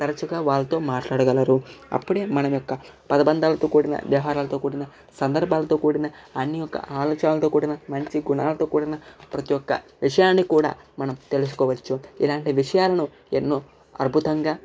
తరచుగా వాళ్ళతో మాట్లాడగలరు అప్పుడే మన యొక్క పదబంధాలతో కూడిన వ్యవహారాలతో కూడిన సందర్భాలతో కూడిన అన్ని ఒక ఆలోచనతో కూడా మంచి గుణాలతో కూడిన ప్రతి ఒక్క విషయాన్ని కూడా మనం తెలుసుకోవచ్చు ఇలాంటి విషయాలను ఎన్నో అద్భుతంగా